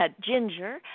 Ginger